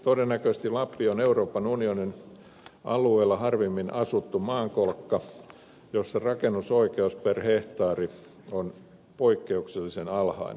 todennäköisesti lappi on euroopan unionin alueella harvimmin asuttu maankolkka jossa rakennusoikeus per hehtaari on poikkeuksellisen alhainen